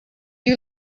you